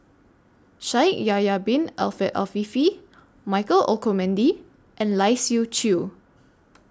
Shaikh Yahya Bin Ahmed Afifi Michael Olcomendy and Lai Siu Chiu